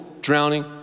drowning